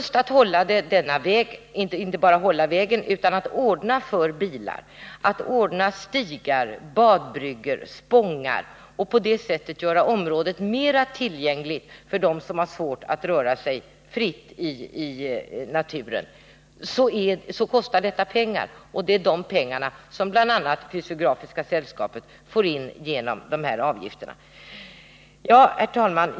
Men det kostar pengar inte bara att hålla vägen i stånd utan också att ordna för bilarna på annat sätt och sköta stigar, badbryggor och spångar för att på det sättet göra området mera tillgängligt för dem som har svårt att röra sig fritt i naturen. Det är pengar till detta som bl.a. Fysiografiska sällskapet får in genom avgifterna. Herr talman!